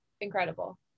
incredible